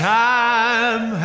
time